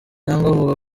avuga